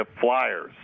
Flyers